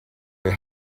your